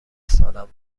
سالم